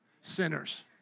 Sinners